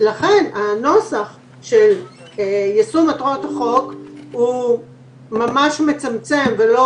הנוסח של יישום מטרות החוק ממש מצמצם ולא